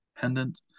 pendant